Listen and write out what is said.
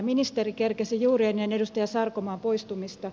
ministeri kerkesi juuri ennen edustaja sarkomaata poistua